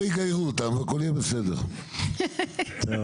לפי הנתונים שלי זה לא הגיוני אז אני באמת --- אז זהו,